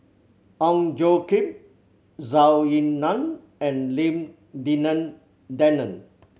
Ong Tjoe Kim Zhou Ying Nan and Lim Denan Denon